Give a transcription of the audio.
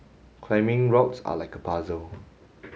climbing routes are like a puzzle